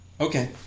Okay